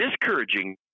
discouraging